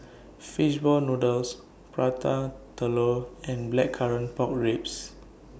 Fish Ball Noodles Prata Telur and Blackcurrant Pork Ribs